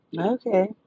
Okay